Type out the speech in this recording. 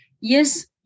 yes